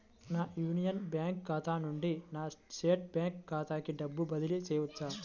నా Union Bank ఖాతా నుండి నా స్టేట్ బ్యాంకు ఖాతాకి డబ్బు బదిలి చేయవచ్చా?